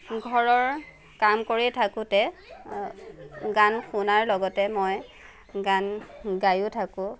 ঘৰৰ কাম কৰি থাকোঁতে গান শুনাৰ লগতে মই গান গায়ো থাকোঁ